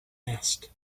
nest